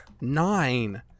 nine